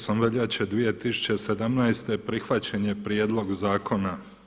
8. veljače 2017. prihvaćen je prijedlog zakona.